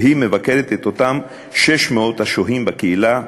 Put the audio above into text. והיא מבקרת את אותם 600 השוהים בקהילה.